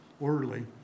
orderly